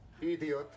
Idiot